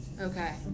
Okay